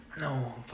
No